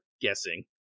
guessing